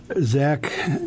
Zach